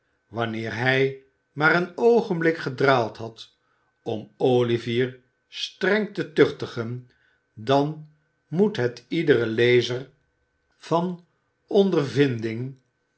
wanneer hij maar een oogenblik gedraald had om olivier streng te tuchtigen dan moet het iederen lezer van ondervinding